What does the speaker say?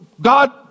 God